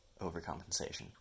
overcompensation